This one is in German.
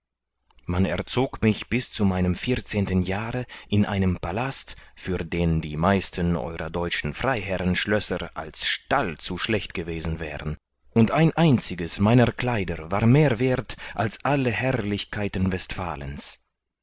man erzog mich bis zu meinem vierzehnten jahre in einem palast für den die meisten eurer deutschen freiherrenschlösser als stall zu schlecht gewesen wären und ein einziges meiner kleider war mehr werth als alle herrlichkeiten westfalens